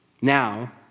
Now